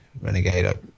renegade